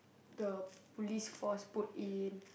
the Police Force put in